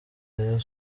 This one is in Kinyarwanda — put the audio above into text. rayon